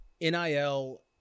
nil